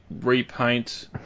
repaint